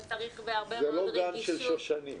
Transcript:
וצריך בהרבה מאוד רגישות --- זה לא גן של שושנים.